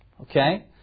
okay